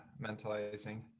mentalizing